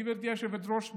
גברתי היושבת-ראש,